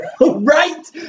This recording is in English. Right